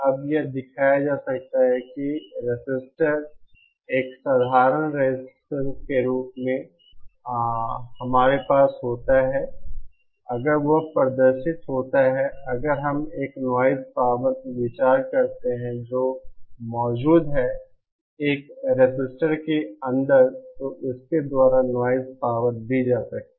अब यह दिखाया जा सकता है कि रजिस्टर एक साधारण रेजिस्टेंस जो हमारे पास होता है अगर वह प्रदर्शित होता है अगर हम एक नॉइज़ पावर पर विचार करते हैं जो मौजूद है एक रजिस्टर के अंदर तो इसके द्वारा नॉइज़ पावर दी जा सकती है